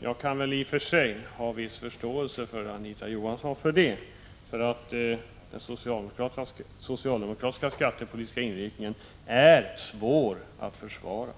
Jag kan ha viss förståelse för Anita Johansson därvidlag, eftersom socialdemokraternas skattepolitiska inriktning är svår att försvara.